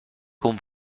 con